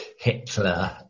Hitler